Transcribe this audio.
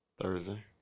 Thursday